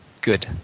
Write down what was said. good